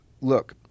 look